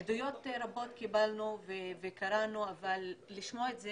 עדויות רבות קיבלנו וקראנו, אבל לשמוע את זה